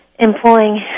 employing